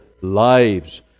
lives